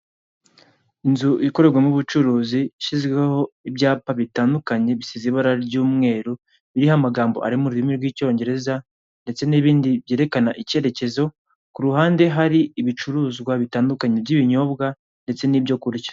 Inzu ikorerwamo ubucuruzi ishyizweho ibayaba bitandukanye bisize ibara ry'uweru biriho amagambo ari mru rurimi rw'icyongereza ndetse m'ibindi byerekana icyerekezo, iruhamde hari ibicuruzwa bitandukanye by'ibinyobwa ndetse n'ibyo kurya.